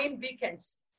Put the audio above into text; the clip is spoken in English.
weekends